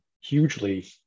hugely